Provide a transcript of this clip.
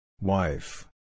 Wife